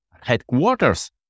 headquarters